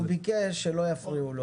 אביר קארה, הוא ביקש שלא יפריעו לו.